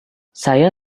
saya